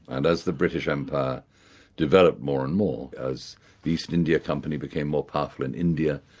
and as the british empire developed more and more, as the east india company became more powerful in india,